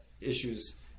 issues